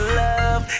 love